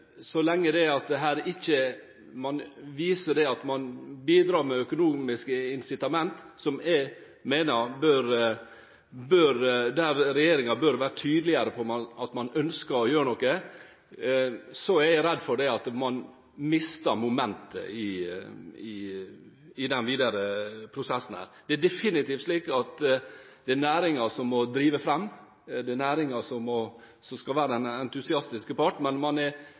man bidrar med økonomiske incitamenter – og der mener jeg regjeringen bør være tydeligere på at man ønsker å gjøre noe – er jeg redd for at man mister momentet i den videre prosessen. Det er definitivt slik at det er næringen som må drive den fram, det er næringen som skal være den entusiastiske part, men fra regjeringens side er man nødt til å vise at man bidrar økonomisk. Mitt spørsmål er: